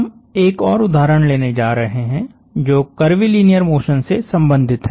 हम एक और उदाहरण लेने जा रहे हैं जो कर्वीलीनियर मोशन से संबंधित है